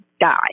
die